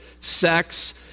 sex